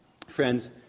Friends